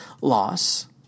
loss